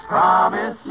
Promise